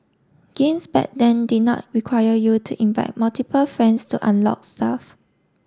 games back then did not require you to invite multiple friends to unlock stuff